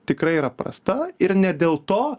tikrai yra prasta ir ne dėl to